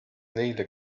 neile